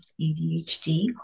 ADHD